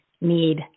need